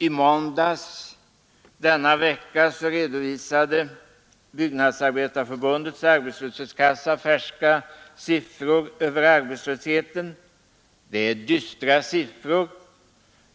I måndags denna vecka redovisade Byggnadsarbetareförbundets arbetslöshetskassa färska siffror över arbetslösheten. Det är dystra siffror: